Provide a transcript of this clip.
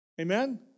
Amen